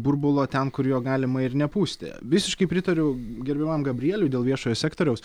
burbulo ten kur jo galima ir nepūsti visiškai pritariu gerbiamam gabrieliui dėl viešojo sektoriaus